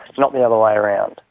not the other way around.